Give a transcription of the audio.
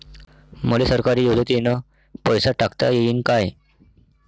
मले सरकारी योजतेन पैसा टाकता येईन काय?